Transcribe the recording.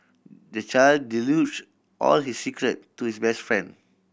the child divulge all his secret to his best friend